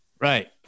Right